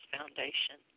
Foundation